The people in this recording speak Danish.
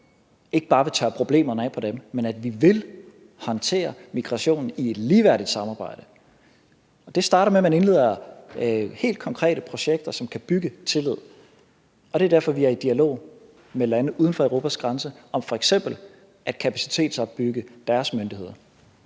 ikke bare vil tørre problemerne af på dem, men at vi vil håndtere migration i et ligeværdigt samarbejde. Det starter med, at man indleder helt konkrete projekter, som kan bygge tillid, og det er derfor, vi er i dialog med lande uden for Europas grænse om f.eks. at kapacitetsopbygge deres myndigheder.